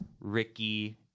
Ricky